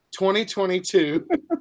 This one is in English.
2022